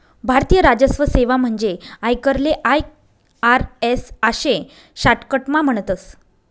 भारतीय राजस्व सेवा म्हणजेच आयकरले आय.आर.एस आशे शाटकटमा म्हणतस